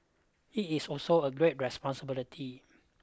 it is also a great responsibility